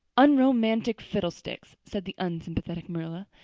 unromantic fiddlesticks! said the unsympathetic marilla.